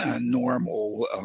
normal